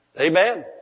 Amen